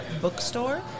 Bookstore